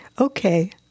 Okay